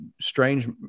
strange